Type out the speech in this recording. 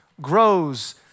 grows